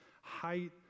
height